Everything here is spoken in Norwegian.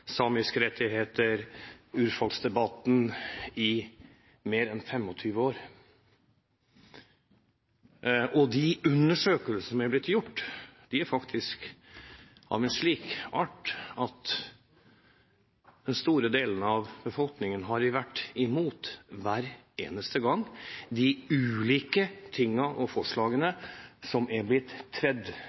samiske rettigheter – urfolksdebatten – i mer enn 25 år. De undersøkelsene som er blitt gjort, er faktisk av en slik art at den store delen av befolkningen i Finnmark hver eneste gang har vært mot de ulike forslagene som er blitt tredd